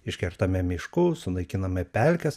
iškertame miškus sunaikiname pelkes